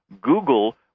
Google